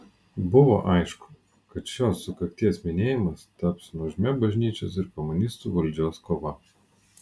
buvo aišku kad šios sukakties minėjimas taps nuožmia bažnyčios ir komunistų valdžios kova